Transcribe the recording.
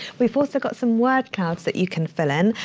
we've also got some word clouds that you can fill in.